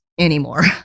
anymore